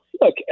Look